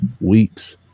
weeks